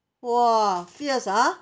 !wah! fierce ah